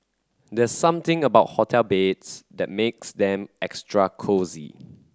there's something about hotel beds that makes them extra cosy